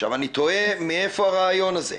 עכשיו, אני תוהה מאיפה הרעיון הזה.